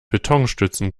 betonstützen